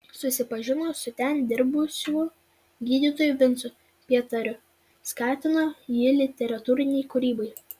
susipažino su ten dirbusiu gydytoju vincu pietariu skatino jį literatūrinei kūrybai